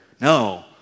No